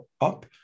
up